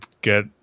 get